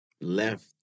left